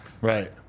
Right